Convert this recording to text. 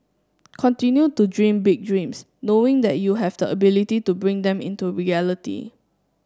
continue to dream big dreams knowing that you have the ability to bring them into reality